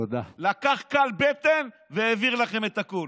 לקח קלבטן והעביר לכם את הכול.